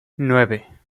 nueve